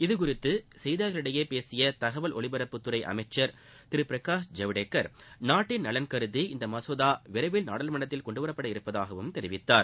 இதுகுறித்து செய்தியாளர்களிடையே பேசிய தகவல் ஒலிபரப்புத்துறை அமைச்சர் திரு பிரஷஷ் ஜவ்டேக்கர் நாட்டின் நலன் கருதி இந்த மசோதா விரைவில் நாடாளுமன்றத்தில் கொண்டுவரப்படவுள்ளதாகவும் தெரிவித்தார்